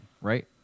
right